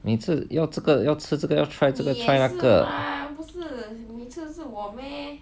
每次要这个要吃这个要 try 这个 try 那个